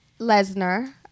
Lesnar